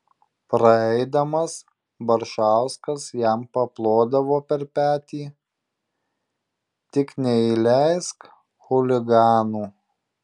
praeidamas baršauskas jam paplodavo per petį tik neįleisk chuliganų